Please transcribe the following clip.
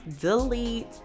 delete